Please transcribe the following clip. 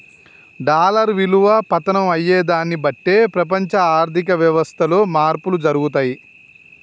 dollar విలువ పతనం అయ్యేదాన్ని బట్టే ప్రపంచ ఆర్ధిక వ్యవస్థలో మార్పులు జరుగుతయి